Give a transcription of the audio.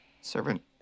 Servant